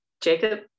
Jacob